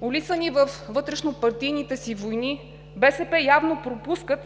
Улисани във вътрешнопартийните си войни, БСП явно пропускат